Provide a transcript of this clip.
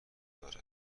دارد